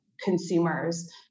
consumers